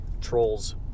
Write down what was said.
trolls